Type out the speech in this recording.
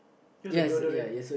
use a deodorant